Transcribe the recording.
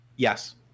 yes